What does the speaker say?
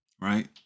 Right